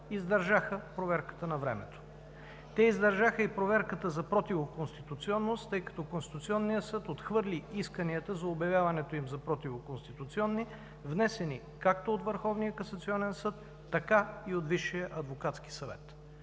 издържаха проверката на времето. Те издържаха и проверката за противоконституционност, тъй като Конституционният съд отхвърли исканията за обявяването им за противоконституционни, внесени както от Върховния